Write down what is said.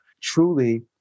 truly